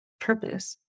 purpose